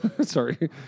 sorry